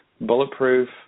bulletproof